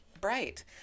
bright